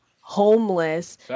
homeless